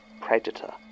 predator